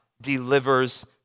delivers